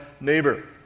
neighbor